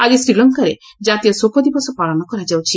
ଆକି ଶ୍ରୀଲଙ୍କାରେ ଜାତୀୟ ଶୋକ ଦିବସ ପାଳନ କରାଯାଉଛି